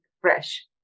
fresh